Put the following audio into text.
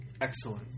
Excellent